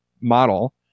model